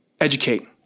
educate